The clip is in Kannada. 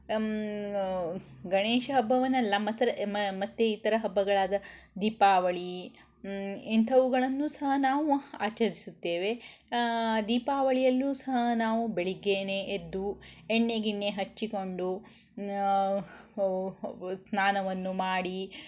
ಗಣೇಶ ಹಬ್ಬವನ್ನಲ್ಲ ಮಾತ್ರ ಮತ್ತು ಈ ಥರ ಹಬ್ಬಗಳಾದ ದೀಪಾವಳಿ ಇಂಥವುಗಳನ್ನು ಸಹ ನಾವು ಆಚರಿಸುತ್ತೇವೆ ದೀಪಾವಳಿಯಲ್ಲೂ ಸಹ ನಾವು ಬೆಳಿಗ್ಗೇನೆ ಎದ್ದು ಎಣ್ಣೆ ಗಿಣ್ಣೆ ಹಚ್ಚಿಕೊಂಡು ಸ್ನಾನವನ್ನು ಮಾಡಿ